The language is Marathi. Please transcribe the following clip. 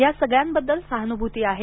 या सगळ्यांबद्दल सहान्भूती आहे